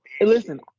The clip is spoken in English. listen